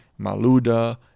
Maluda